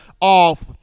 off